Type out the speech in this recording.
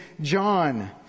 John